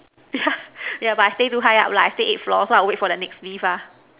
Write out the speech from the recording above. yeah but I stay too high up lah I stay eighth floor so I wait for the next lift ah